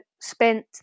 spent